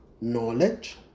knowledge